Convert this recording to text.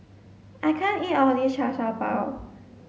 I can't eat all of this Char Siew Bao